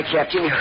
Captain